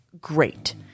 great